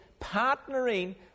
partnering